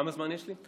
כמה זמן יש לי?